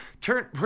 Turn